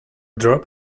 drop